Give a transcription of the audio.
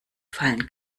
fallen